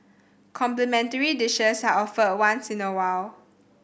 complimentary dishes are offered once in a while